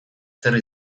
zer